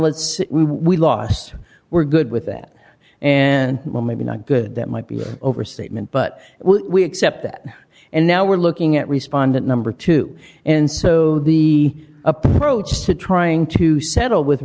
let's we lost we're good with that and well maybe not good that might be an overstatement but we accept that and now we're looking at respondent number two and so the approach to trying to settle with